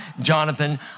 Jonathan